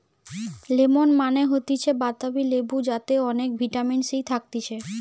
lemon মানে হতিছে বাতাবি লেবু যাতে অনেক ভিটামিন সি থাকতিছে